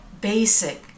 basic